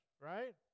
right